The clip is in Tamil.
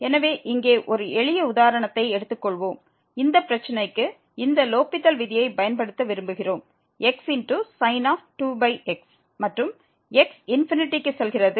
எனவே இங்கே ஒரு எளிய உதாரணத்தை எடுத்துக்கொள்வோம் இந்த பிரச்சினைக்கு இந்த லோப்பித்தல் விதியைப் பயன்படுத்த விரும்புகிறோம் xsin 2x மற்றும் x க்கு செல்கிறது